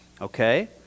okay